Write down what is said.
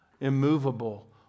immovable